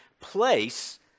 place